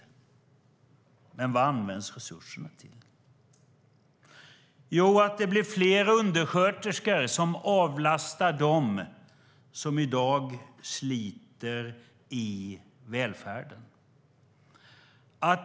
Men vad används resurserna till? Jo, det blir fler undersköterskor som avlastar dem som i dag sliter i välfärden.